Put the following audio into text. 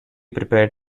prepared